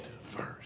first